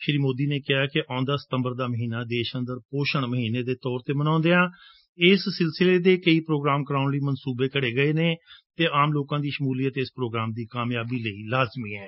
ਸ੍ਰੀ ਮੋਦੀ ਨੇ ਕਿਹਾ ਕਿ ਆਉਂਦਾ ਸਿਤੰਬਰ ਦਾ ਮਹੀਨਾ ਸਾਰੇ ਦੇਸ਼ ਅੰਦਰ ਪੌਸ਼ਣ ਮਹੀਨੇ ਦੇ ਤੌਰ ਤੇ ਮਨਾਉਦਿਆਂ ਇਸ ਸਿਲਸਿਲੇ ਦੇ ਕਈ ਪੌਗਰਾਮ ਕਰਵਾਉਣ ਬਾਰੇ ਮੰਸੁਬੇ ਘੜੇ ਗਏ ਨੇ ਅਤੇ ਆਮ ਲੋਕਾ ਦੀ ਸ਼ਮੁਲੀਅਤ ਇਸ ਪ੍ਰੋਗਰਰਮ ਦੀ ਕਾਮਯਾਬੀ ਲਈ ਜਰੁਰੀ ਹੈ